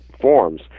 forms